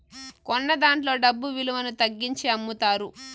కొన్నదాంట్లో డబ్బు విలువను తగ్గించి అమ్ముతారు